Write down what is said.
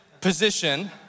position